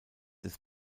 des